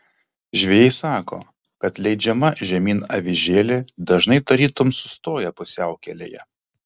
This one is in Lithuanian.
žvejai sako kad leidžiama žemyn avižėlė dažnai tarytum sustoja pusiaukelėje